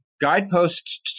Guideposts